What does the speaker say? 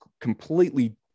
completely